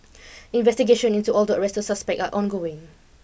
investigations into all the arrested suspects are ongoing